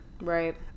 Right